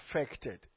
affected